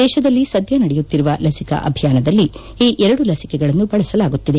ದೇಶದಲ್ಲಿ ಸದ್ಯ ನಡೆಯುತ್ತಿರುವ ಲಸಿಕಾ ಅಭಿಯಾನದಲ್ಲಿ ಈ ಎರಡು ಲಸಿಕೆಗಳನ್ನು ಬಳಸಲಾಗುತ್ತಿದೆ